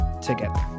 together